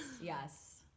Yes